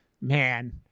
man